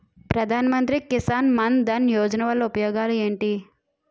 ప్రధాన మంత్రి కిసాన్ మన్ ధన్ యోజన వల్ల ఉపయోగాలు ఏంటి?